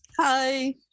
hi